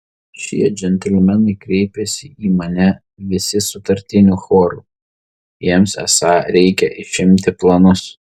šie džentelmenai kreipėsi į mane visi sutartiniu choru jiems esą reikia išimti planus